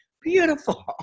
beautiful